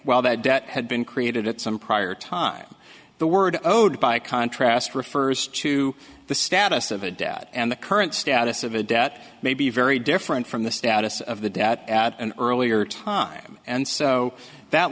well that debt had been created at some prior time the word owed by contrast refers to the status of a debt and the current status of a debt may be very different from the status of the debt at an earlier time and so that